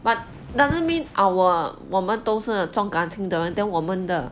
but doesn't mean our 我们都是重感情的人 then 我们的